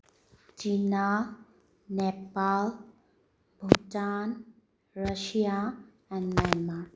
China Nepal Bhutan Russia and Myanmar